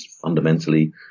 fundamentally